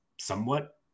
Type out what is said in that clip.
somewhat